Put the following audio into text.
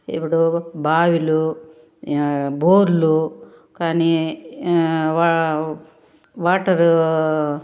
ఇపుడు బావిలు బోర్లు కానీ వా వాటరు